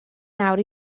nawr